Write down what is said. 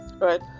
Right